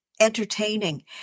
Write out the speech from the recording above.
Entertaining